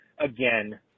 again